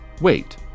Wait